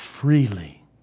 freely